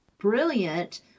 Brilliant